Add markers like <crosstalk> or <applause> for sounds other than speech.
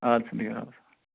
ادٕ سہ بِہیٛو رۄبس <unintelligible>